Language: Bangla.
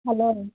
হ্যাঁ বলো